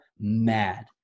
mad